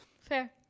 Fair